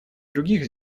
других